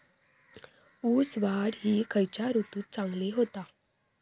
ऊस वाढ ही खयच्या ऋतूत चांगली होता?